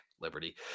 Liberty